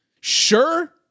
sure